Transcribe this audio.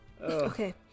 okay